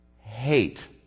hate